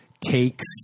takes